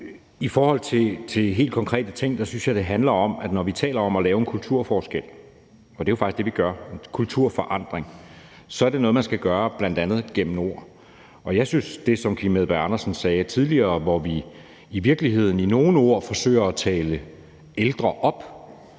i forhold til helt konkrete ting synes jeg det handler om, at når vi taler om at lave en kulturforskel, og det er jo faktisk det, vi gør – en kulturforandring – så er det noget, man skal gøre bl.a. gennem ord. Jeg synes, at ligesom Kim Edberg Andersen tidligere sagde, at vi i virkeligheden med nogle ord forsøger at tale ældre op,